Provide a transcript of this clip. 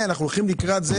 אנחנו הולכים לקראת זה